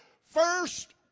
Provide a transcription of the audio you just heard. first